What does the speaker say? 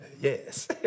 Yes